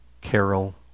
Carol